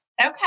Okay